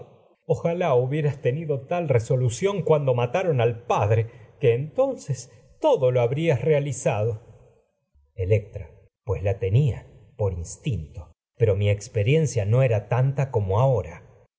ojalá hubieras tenido tal al resolu cuando mataron padre que entonces todo lo ha brías realizado electra pues tanta la tenia por instinto pero mi expe riencia no era como ahora